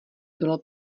bylo